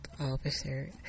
officer